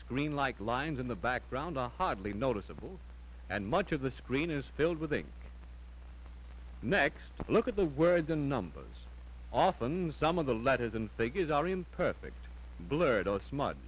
screen like the lines in the background are hardly noticeable and much of the screen is filled with thing next look at the words and numbers often some of the letters and figures are imperfect blurred are sm